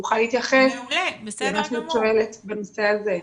יוכל להתייחס למה שאת שואלת בנושא הזה.